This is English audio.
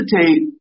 hesitate